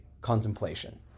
contemplation